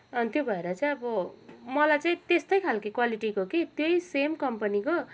अनि त्यो भएर चाहिँ अब मलाई चाहिँ त्यस्तै खेलको क्वालिटीको के त्यही सेम कम्पनीको